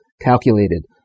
calculated